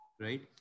right